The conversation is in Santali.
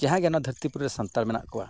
ᱡᱟᱦᱟᱸᱭ ᱜᱮ ᱱᱚᱣᱟ ᱫᱷᱟᱹᱨᱛᱤ ᱯᱩᱨᱤ ᱨᱮ ᱥᱟᱱᱛᱟᱲ ᱢᱮᱱᱟᱜ ᱠᱚᱣᱟ